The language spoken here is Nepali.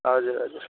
हजुर हजुर